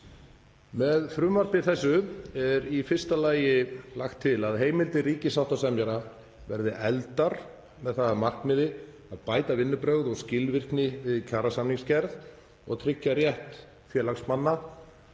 Með frumvarpi þessu er í fyrsta lagi lagt til að heimildir ríkissáttasemjara verði efldar með það að markmiði að bæta vinnubrögð og skilvirkni við kjarasamningsgerð og tryggja rétt félagsmanna